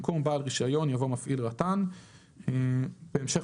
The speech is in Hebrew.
במקום "בעל רישיון" יבוא "מפעיל רט"ן"." בהמשך